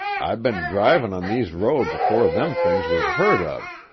i've been drivin' on these roads afore them things was heard of,